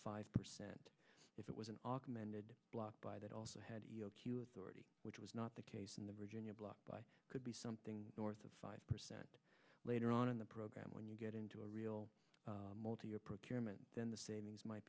five percent if it was an augmented block by that also had already which was not the case in the virginia block by could be something north of five percent later on in the program when you get into a real multi year procurement then the savings might